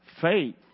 Faith